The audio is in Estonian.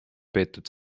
peetud